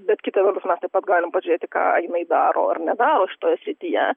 bet kita vertus mes galim pažiūrėti ką jinai daro ar nedaro šitoje srityje